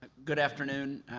ah good afternoon.